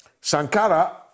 Sankara